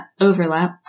overlap